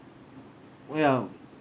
ya